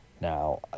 Now